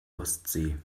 ostsee